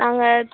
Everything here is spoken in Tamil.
நாங்கள்